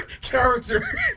Character